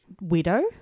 widow –